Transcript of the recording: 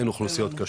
אין אוכלוסיות קשות,